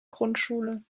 grundschule